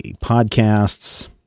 podcasts